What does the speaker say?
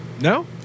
No